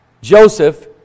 Joseph